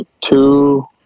Two